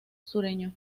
sureño